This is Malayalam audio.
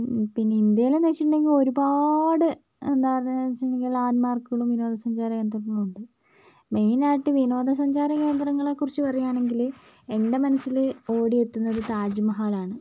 പിന്നെ ഇന്ത്യയിലെന്ന് വെച്ചിട്ടുണ്ടെങ്കിൽ ഒരുപാട് എന്താന്ന് വെച്ചിട്ടുണ്ടെങ്കിൽ ലാൻഡ്മാർക്കുകളും വിനോദസഞ്ചാര കേന്ദ്രങ്ങളും ഉണ്ട് മെയിൻ ആയിട്ട് വിനോദസഞ്ചാര കേന്ദ്രങ്ങളെക്കുറിച്ച് പറയുകയാണെങ്കില് എൻ്റെ മനസ്സില് ഓടിയെത്തുന്നത് താജ് മഹലാണ്